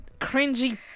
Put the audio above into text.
cringy